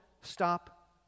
stop